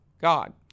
God